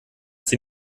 sie